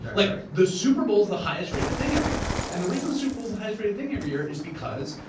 like the super bowl is the highest rated thing every year. and the reason the super bowl is the highest rated thing every year is because